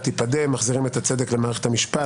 תִּפָּדֶה - מחזירים את הצדק למערכת המשפט.